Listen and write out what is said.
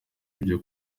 ibyo